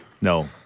No